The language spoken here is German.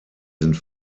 sind